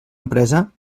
empresa